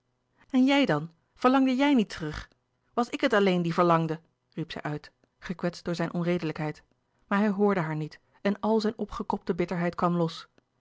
en jij dan verlangde jij niet terug was ik het alleen die verlangde riep zij uit gekwetst door zijn onredelijkheid maar hij hoorde haar niet en al zijne opgekropte bitterheid kwam los